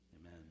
Amen